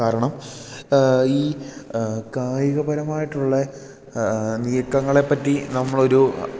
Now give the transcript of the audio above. കാരണം ഈ കായികപരമായിട്ടുള്ള നീക്കങ്ങളെപ്പറ്റി നമ്മളൊരു